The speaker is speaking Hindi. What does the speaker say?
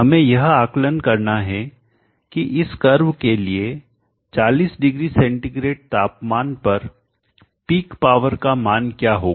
हमें यह आकलन करना है कि इस कर्व के लिए 40 डिग्री सेंटीग्रेड तापमान पर पीक पावर का मान क्या होगा